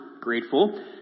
grateful